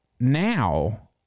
Now